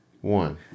one